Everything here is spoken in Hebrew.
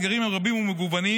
האתגרים הם רבים ומגוונים,